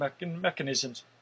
mechanisms